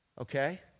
Okay